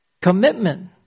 Commitment